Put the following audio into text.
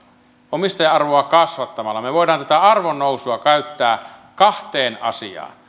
omistaja arvoa kasvattamalla me me voimme tätä arvonnousua käyttää kahteen asiaan